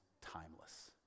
Timeless